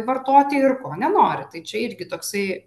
vartoti ir ko nenori tai čia irgi toksai